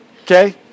Okay